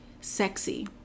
sexy